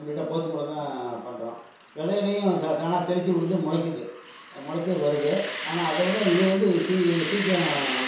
கம்ப்ளீட்டாக போத்து மூலம் தான் பண்ணுறோம் வெதையிலையும் த தானாக தெறித்து உழுந்து முளைக்குது முளச்சி வருது ஆனால் அதை விட இது வந்து சீ சீக்கிரம்